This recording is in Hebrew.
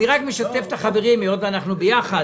אני רק משתף את החברים היות ואנחנו ביחד.